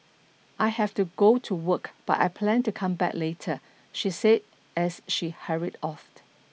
I have to go to work but I plan to come back later she said as she hurried off